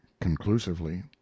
conclusively